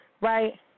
right